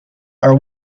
are